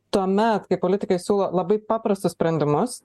tuomet kai politikai siūlo labai paprastus sprendimus